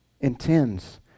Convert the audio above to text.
intends